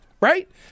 right